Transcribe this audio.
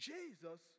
Jesus